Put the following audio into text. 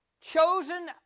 chosen